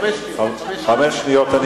חמש שניות.